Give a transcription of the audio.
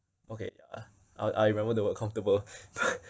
okay ya I I remember the word comfortable